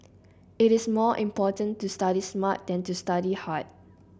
it is more important to study smart than to study hard